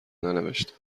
ننوشته